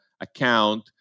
account